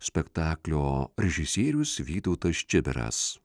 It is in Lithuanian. spektaklio režisierius vytautas čibiras